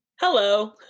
Hello